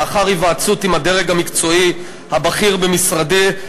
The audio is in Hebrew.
לאחר היוועצות בדרג המקצועי הבכיר במשרדי,